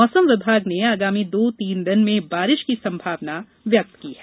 मौसम विभाग ने आगामी दो तीन दिन में बारिष की संभावना भी जताई है